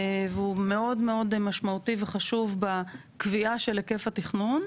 והוא מאוד מאוד משמעותי וחשוב בקביעה של היקף התכנון.